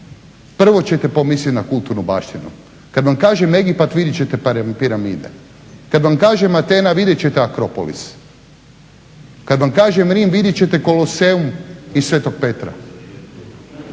prvo ćete pomislit na kulturnu baštinu. Kad vam kažem Egipat vidjet ćete piramide, kad vam kažem Atena vidjet ćete akropolis, kad vam kažem Rim vidjet ćete koloseum i Sv. Petra.